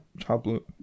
tablet